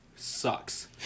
sucks